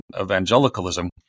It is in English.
evangelicalism